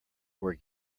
were